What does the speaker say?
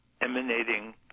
emanating